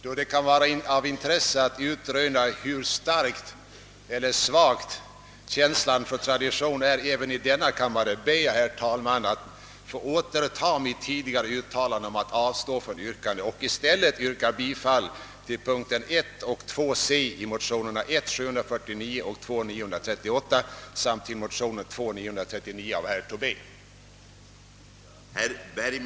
Då det kan vara av intresse att utröna hur stark eller svag känslan för tradition är även i denna kammare ber jag, herr talman, att få återta mitt tidigare uttalande om att avstå från yrkande och i stället yrka bifall till punkten 1 och punkten 2 c) i motionerna 1: 749 och 1II:938 samt till motionen II: 939 av herr Tobé.